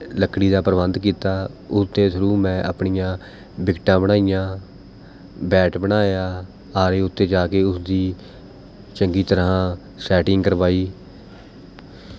ਲੱਕੜੀ ਦਾ ਪ੍ਰਬੰਧ ਕੀਤਾ ਉਸ ਦੇ ਥਰੂ ਮੈਂ ਆਪਣੀਆਂ ਵਿਕਟਾਂ ਬਣਾਈਆਂ ਬੈਟ ਬਣਾਇਆ ਆਰੇ ਉੱਤੇ ਜਾ ਕੇ ਉਸ ਦੀ ਚੰਗੀ ਤਰ੍ਹਾਂ ਸੈਟਿੰਗ ਕਰਵਾਈ